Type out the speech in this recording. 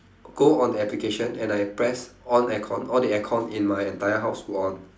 go on the application and I press on air con all the air con in my entire house will on